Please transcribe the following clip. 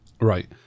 Right